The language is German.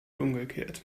umgekehrt